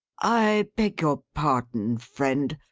i beg your pardon, friend,